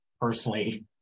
personally